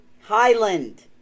Highland